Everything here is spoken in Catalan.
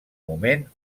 moment